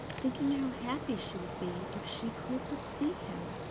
thinking how happy she would be if she could but see him,